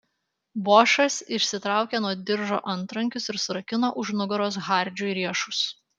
bošas išsitraukė nuo diržo antrankius ir surakino už nugaros hardžiui riešus